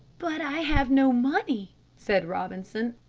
but i have no money, said robinson.